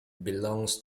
belongs